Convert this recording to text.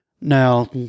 Now